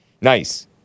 Nice